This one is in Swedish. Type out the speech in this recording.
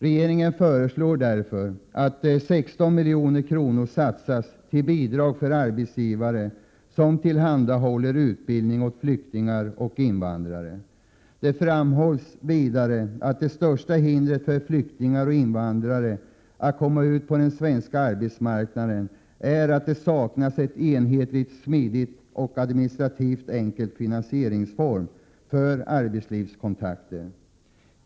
Regeringen föreslår därför att 16 milj.kr. satsas till bidrag för arbetsgivare som tillhandahåller utbildning åt flyktingar och invandrare. Det framhålls vidare att det största hindret för flyktingar och invandrare att komma ut på den svenska arbetsmarknaden är att det saknas en enhetlig, smidig och administrativt enkel finansieringsform för arbetslivskontakter.